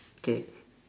okay